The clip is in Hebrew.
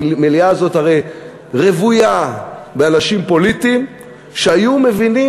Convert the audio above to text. המליאה הזאת הרי רוויה באנשים פוליטיים שהיו מבינים